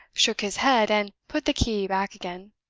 shook his head, and put the key back again.